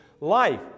life